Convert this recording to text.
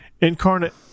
Incarnate